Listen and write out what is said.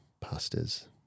pastors